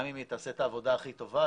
גם אם היא תעשה את העבודה הכי טובה,